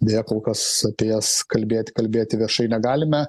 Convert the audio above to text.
deja kol kas apie jas kalbėt kalbėti viešai negalime